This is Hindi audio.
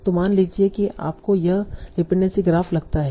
तो मान लीजिए कि आपको यह डिपेंडेंसी ग्राफ लगता है